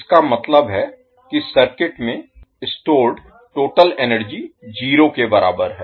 इसका मतलब है कि सर्किट में स्टोर्ड टोटल एनर्जी जीरो के बराबर है